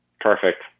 Perfect